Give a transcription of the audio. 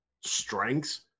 strengths